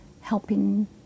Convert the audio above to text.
helping